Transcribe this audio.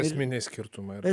esminiai skirtumai yra